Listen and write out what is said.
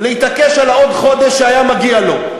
להתעקש על העוד-חודש שהיה מגיע לו.